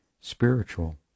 spiritual